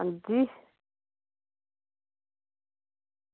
अंजी